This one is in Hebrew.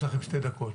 יש לכם שתי דקות.